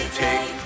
take